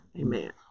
Amen